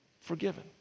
forgiven